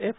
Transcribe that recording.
F